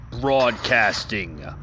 Broadcasting